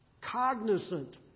cognizant